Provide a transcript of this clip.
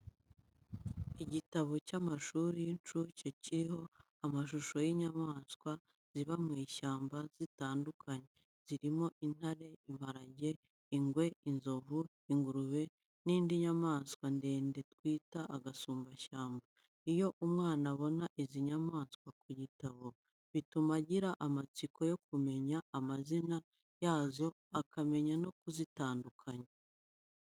Igitabo cy'amashuri y'incuke kiriho amashusho y’inyamaswa ziba mu ishyamba zitandukanye, zirimo intare, imparage, ingwe, inzovu, ingurube n’indi nyamanswa ndende twita gasumbashyamba. Iyo umwana abona izi nyamaswa ku gitabo, bituma agira amatsiko yo kumenya amazina yazo akamenya no kuzitandukanya.